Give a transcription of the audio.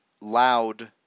loud